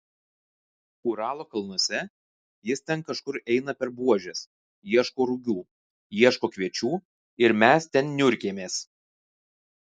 uralo kalnuose jis ten kažkur eina per buožes ieško rugių ieško kviečių ir mes ten niurkėmės